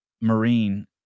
Marine